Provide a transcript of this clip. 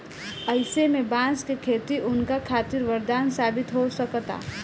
अईसे में बांस के खेती उनका खातिर वरदान साबित हो सकता